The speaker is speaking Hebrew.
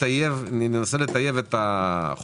לכן אני מציע לחשוב על הכיוון הזה.